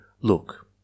look